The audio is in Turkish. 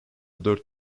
dört